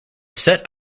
set